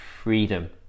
freedom